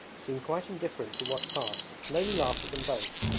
seemed quite indifferent to what passed and only laughed at them both.